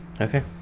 Okay